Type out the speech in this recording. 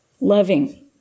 Loving